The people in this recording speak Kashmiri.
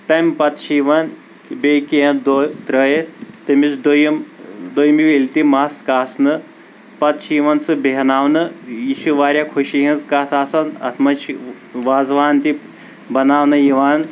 تمہِ پتہٕ چھِ یِوان بییٚہِ کینٛہہ دۄہ ترٲیتھ تٔمِس دویِم دویمہِ وِلہِ تہِ مس کاسنہٕ پتہ چھُ یِوان سُہ بیہناونہٕ یہِ چھِ واریاہ خوشی ہنٛز کتھ آسان اتھ منٛز چھُ وازوان تہِ بناونہٕ یِوان